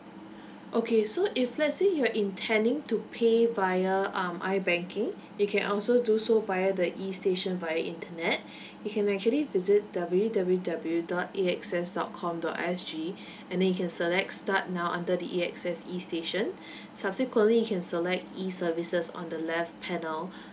okay so if let's say you're intending to pay via um ibanking you can also do so via the e station via internet you can actually visit w w w dot a x s dot com dot s g and then you can select start now under the A_X_S e station subsequently you can select e services on the left panel